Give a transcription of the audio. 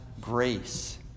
grace